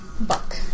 Buck